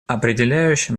определяющим